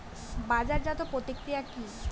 বাজারজাতও প্রক্রিয়া কি?